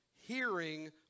hearing